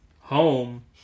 home